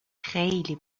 خیلی